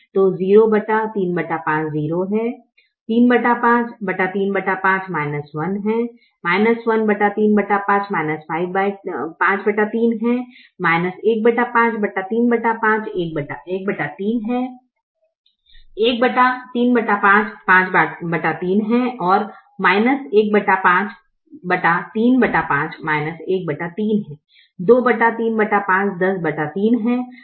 तो 0 35 0 है 35 35 1 है 1 35 53 है 15 35 13 है 135 53 है और 15 35 13 है 2 35 103 है